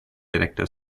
director